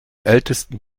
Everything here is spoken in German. ältesten